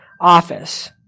office